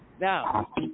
Now